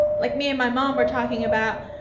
like me and my mom were talking about,